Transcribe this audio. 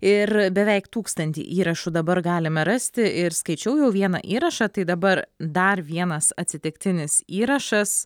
ir beveik tūkstantį įrašų dabar galime rasti ir skaičiau jau vieną įrašą tai dabar dar vienas atsitiktinis įrašas